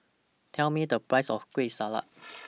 Tell Me The Price of Kueh Salat